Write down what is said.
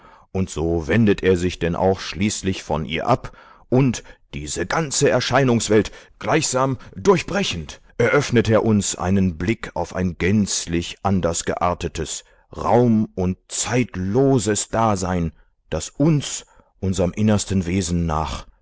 und so wendet er sich denn auch schließlich von ihr ab und diese ganze erscheinungswelt gleichsam durchbrechend eröffnet er uns einen blick auf ein gänzlich anders geartetes raum und zeitloses dasein das uns unserem innersten wesen nach